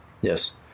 yes